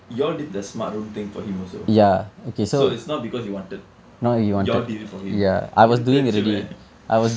you all did the smart room thing for him also so it's not because he wanted you all did it for him கேடுத்து வைத்தவன்:kaedutthu vaitthavan